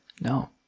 No